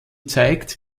zeigt